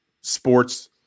sports